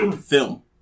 film